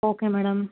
okay madam